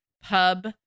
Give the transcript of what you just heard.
pub